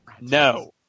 No